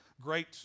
Great